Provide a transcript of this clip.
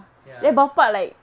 ya